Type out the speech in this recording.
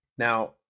Now